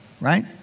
right